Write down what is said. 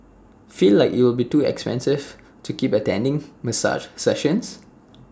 feel like IT will be too expensive to keep attending massage sessions